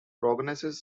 prognosis